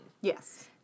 Yes